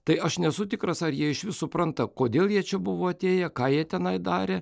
tai aš nesu tikras ar jie išvis supranta kodėl jie čia buvo atėję ką jie tenai darė